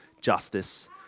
justice